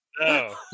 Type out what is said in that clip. No